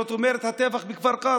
זאת אומרת הטבח בכפר קאסם,